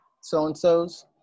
so-and-sos